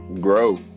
grow